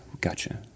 gotcha